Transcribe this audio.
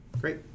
great